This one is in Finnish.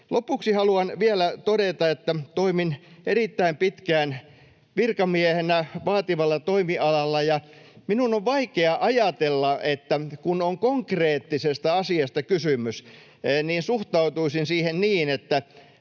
Lopuksi haluan vielä todeta, että toimin erittäin pitkään virkamiehenä vaativalla toimialalla ja minun on vaikea ajatella, että kun on konkreettisesta asiasta kysymys, niin suhtautuisin siihen niin, että